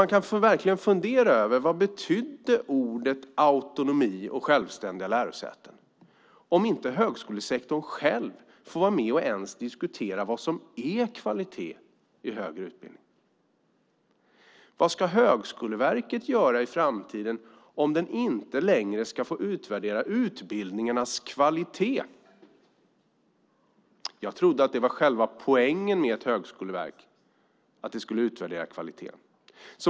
Man kan verkligen fundera över: Vad betydde ordet autonomi och självständiga lärosäten, om inte högskolesektorn själv får vara med och diskutera vad som är kvalitet i högre utbildning? Vad ska Högskoleverket göra i framtiden om det inte längre ska få utvärdera utbildningarnas kvalitet? Jag trodde att själva poängen med ett högskoleverk var att det skulle utvärdera kvaliteten.